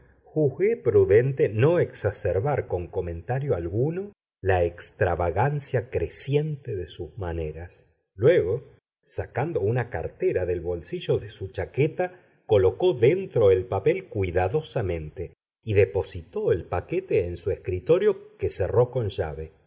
juzgué prudente no exacerbar con comentario alguno la extravagancia creciente de sus maneras luego sacando una cartera del bolsillo de su chaqueta colocó dentro el papel cuidadosamente y depositó el paquete en su escritorio que cerró con llave